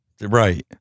Right